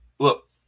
Look